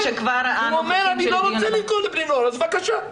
הוא אומר 'אני לא רוצה למכור לבני נוער' אז בבקשה,